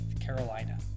Carolina